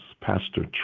pastor